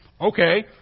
Okay